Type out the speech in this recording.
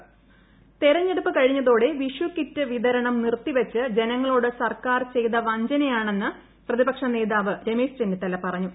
രമേശ് ചെന്നിത്തല തെരഞ്ഞെടുപ്പ് കഴിഞ്ഞതോടെ വിഷുക്കിറ്റ് വിതരണം നിറുത്തി വച്ചത് ജനങ്ങളോട് സർക്കാർ ചെയ്ത വഞ്ചനയാണെന്ന് പ്രതിപക്ഷ നേതാവ് രമേശ് ചെന്നിത്തല പറഞ്ഞു